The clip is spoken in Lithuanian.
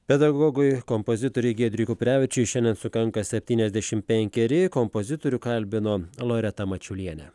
pedagogui kompozitoriui giedriui kuprevičiui šiandien sukanka septyniasdešim penkeri kompozitorių kalbino loreta mačiulienė